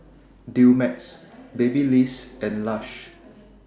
Dumex Babyliss and Lush